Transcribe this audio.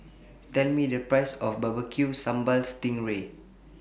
Tell Me The Price of Bbq Sambal Sting Ray